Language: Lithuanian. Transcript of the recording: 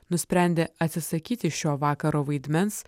nusprendė atsisakyti šio vakaro vaidmens